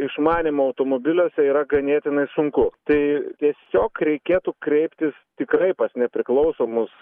išmanymo automobiliuose yra ganėtinai sunku tai tiesiog reikėtų kreiptis tikrai pas nepriklausomus